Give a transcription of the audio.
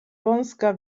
wąska